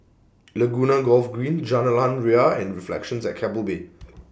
Laguna Golf Green Jalan Ria and Reflections At Keppel Bay